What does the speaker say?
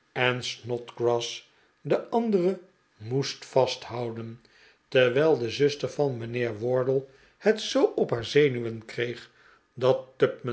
en snodgrass de andere moest vasthouden terwijl de zuster van mijnheer wardle het zoo op haar zenuwen kreeg dat